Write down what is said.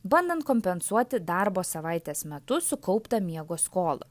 bandant kompensuoti darbo savaitės metu sukauptą miego skolą